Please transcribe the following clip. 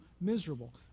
miserable